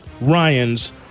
Ryan's